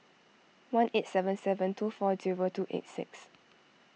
one eight seven seven two four zero two eight six